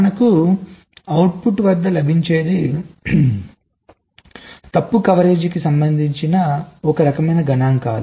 మనకు అవుట్పుట్ వద్ద లభించేది తప్పు కవరేజీకి సంబంధించిన ఒక రకమైన గణాంకాలు